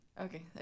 Okay